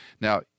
Now